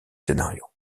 scénarios